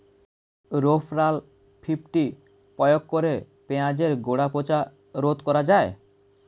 Rovral fifty প্রয়োগ করে পেঁয়াজের গোড়া পচা রোগ রোধ করা যায়?